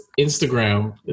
Instagram